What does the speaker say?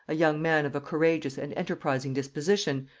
a young man of a courageous and enterprising disposition,